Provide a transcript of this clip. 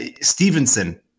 Stevenson